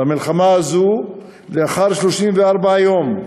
במלחמה הזאת, לאחר 34 יום,